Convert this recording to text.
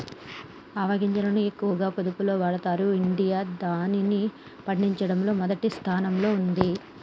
ఆవ గింజలను ఎక్కువగా పోపులో వాడతరు ఇండియా గిదాన్ని పండించడంలో మొదటి స్థానంలో ఉంది